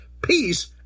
peace